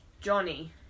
Johnny